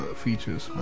features